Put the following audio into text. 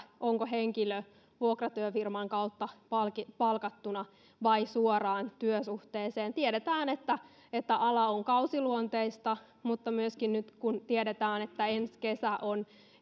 onko henkilö vuokratyöfirman kautta palkattuna vai suoraan työsuhteeseen tiedetään että että ala on kausiluonteista mutta myöskin nyt kun tiedetään että ensi kesä on